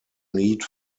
need